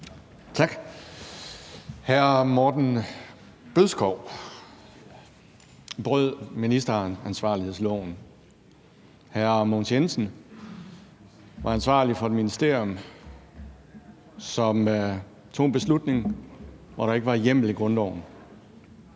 Tak. Hr. Morten Bødskov brød som minister ministeransvarlighedsloven, og hr. Mogens Jensen var som minister ansvarlig for et ministerium, som tog en beslutning, hvor der ikke var hjemmel i grundloven.